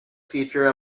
feature